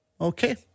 okay